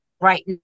right